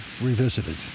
Revisited